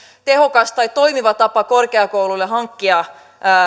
tehokas tai toimiva tapa korkeakouluille hankkia